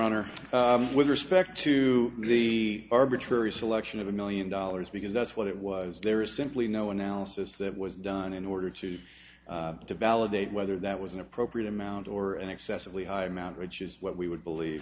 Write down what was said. honor with respect to the arbitrary selection of a million dollars because that's what it was there is simply no analysis that was done in order to to validate whether that was an appropriate amount or an excessively high amount which is what we would believe